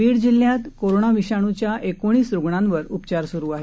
बीड जिल्ह्यात कोरोना विषाणूच्या एकोणीस रूग्णांवर उपचार सुरू आहेत